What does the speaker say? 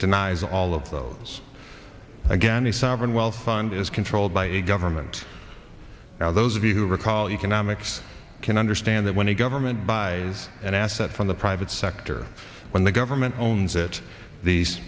denies all of those again the sovereign wealth fund is controlled by a government now those of you who recall economics can understand that when a government buys an asset from the private sector when the government owns it these